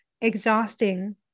exhausting